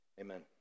Amen